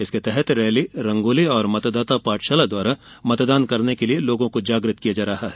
इसके तहत रैली और रंगोली मतदाता पाठशाला द्वारा मतदान करने के लिए लोगों को जागृत किया जा रहा है